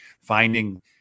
finding